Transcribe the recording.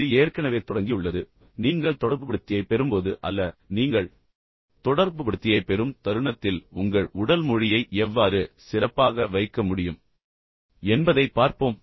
இது ஏற்கனவே தொடங்கியுள்ளது என்பதை நினைவில் கொள்ளுங்கள் எனவே நீங்கள் தொடர்புபடுத்தியைப் பெறும்போது அல்ல நீங்கள் தொடர்புபடுத்தியைப் பெறும் தருணத்தில் உங்கள் உடல் மொழியை எவ்வாறு சிறப்பாக வைக்க முடியும் என்பதைப் பார்ப்போம்